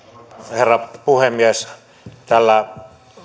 herra puhemies tällä